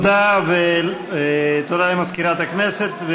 תודה למזכירת הכנסת.